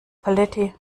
paletti